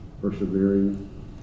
persevering